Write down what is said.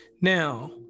Now